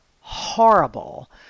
horrible